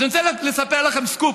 אז אני רוצה לספר לכם סקופ.